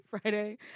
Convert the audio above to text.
Friday